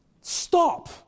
stop